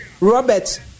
Robert